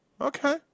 Okay